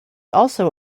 also